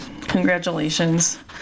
Congratulations